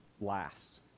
last